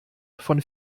von